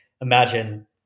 imagine